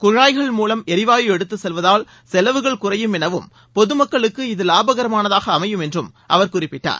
குழாய்கள் மூலம் எரிவாயு எடுத்துச் செல்வதால் செலவுகள் குறையும் எனவும் பொது மக்களுக்கு இது லாபகரமாக அமையும் என்றும் அவர் குறிப்பிட்டார்